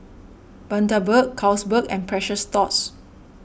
Bundaberg Carlsberg and Precious Thots